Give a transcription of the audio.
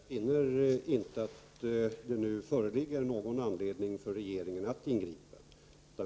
Herr talman! Jag finner inte att det nu föreligger någon anledning för regeringen att ingripa.